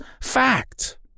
fact